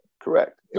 Correct